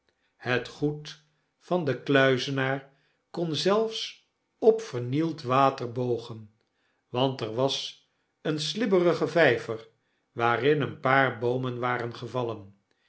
het goed van den kluizenaar kon zelfs op vernield water bogen want er was een slibberige vyver waarin een paar boomen waren gevallen